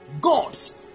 gods